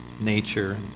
nature